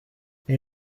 les